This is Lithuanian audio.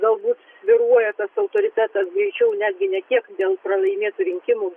galbūt svyruoja tas autoritetas greičiau netgi ne tiek dėl pralaimėtų rinkimų